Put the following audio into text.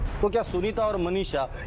but yeah sunita and manisha